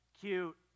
cute